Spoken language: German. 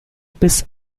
bis